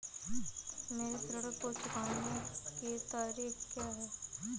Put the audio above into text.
मेरे ऋण को चुकाने की तारीख़ क्या है?